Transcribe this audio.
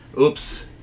oops